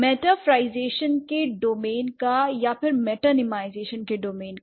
मेटाफ्राईजेशन के डोमेन का या फिर मेटानीमाईजैशन के डोमेन का